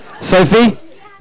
Sophie